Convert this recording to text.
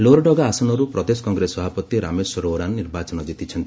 ଲୋହରଡଗା ଆସନରୁ ପ୍ରଦେଶ କଂଗ୍ରେସ ସଭାପତି ରାମେଶ୍ୱର ଓରାନ ନିର୍ବାଚନ କିତିଛନ୍ତି